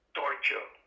torture